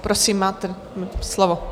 Prosím, máte slovo.